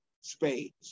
spades